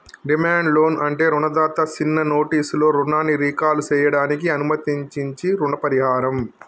demand loan అంటే రుణదాత సిన్న నోటీసులో రుణాన్ని రీకాల్ సేయడానికి అనుమతించించీ రుణ పరిహారం